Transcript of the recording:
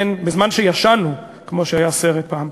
בזמן שישנו, כמו שהיה סרט פעם,